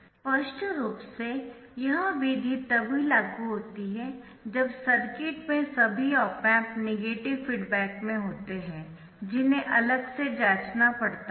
स्पष्ट रूप से यह विधि तभी लागू होती है जब सर्किट में सभी ऑप एम्प नेगेटिव फीडबैक में होते है जिन्हें अलग से जांचना पड़ता है